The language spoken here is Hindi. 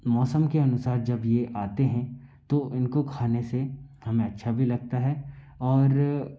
मौसम के अनुसार जब यह आते हैं तो इनको खाने से हमें अच्छा भी लगता है और